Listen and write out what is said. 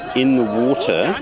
in the water.